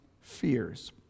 fears